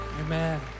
Amen